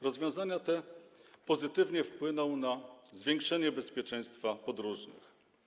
Rozwiązania te pozytywnie wpłyną na zwiększenie bezpieczeństwa podróżnych.